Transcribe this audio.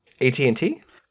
ATT